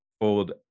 old